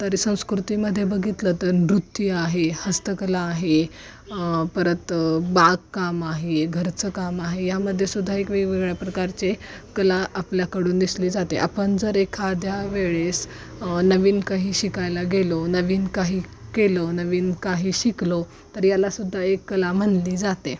तरी संस्कृतीमध्ये बघितलं तर नृत्य आहे हस्तकला आहे परत बागकाम आहे घरचं काम आहे यामध्येसुद्धा एक वेगवेगळ्या प्रकारचे कला आपल्याकडून दिसली जाते आपण जर एखाद्या वेळेस नवीन काही शिकायला गेलो नवीन काही केलं नवीन काही शिकलो तर यालासुद्धा एक कला म्हटली जाते